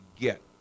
get